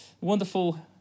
wonderful